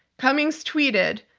cummings tweeted,